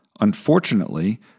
Unfortunately